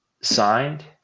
signed